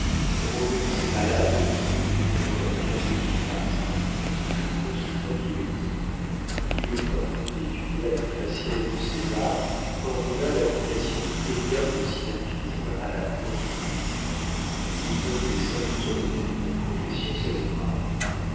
droguant ses malades ni plus ni moins qu'un médicastre tout consultant qu'il était il vint étudia le facies de césar ordonna l'application immédiate de sinapismes à la plante des pieds il voyait les symptômes d'une congestion cérébrale